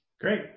Great